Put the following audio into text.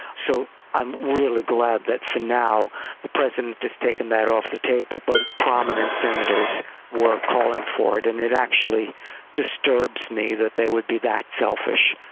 so i'm really glad that for now the president has taken that off the table, but prominent senators were calling for it, and it actually disturbs me that they would be that selfish,